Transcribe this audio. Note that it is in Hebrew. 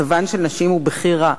מצבן של נשים הוא בכי רע.